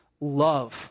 love